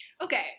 okay